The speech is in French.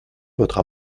votre